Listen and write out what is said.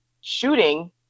shooting